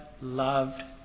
loved